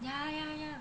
ya ya ya